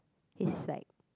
he's like